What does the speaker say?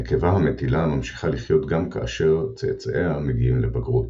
הנקבה המטילה ממשיכה לחיות גם כאשר צאצאיה מגיעים לבגרות.